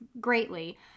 greatly